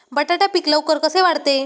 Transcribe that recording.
बटाटा पीक लवकर कसे वाढते?